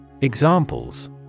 Examples